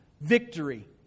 victory